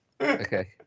Okay